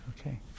Okay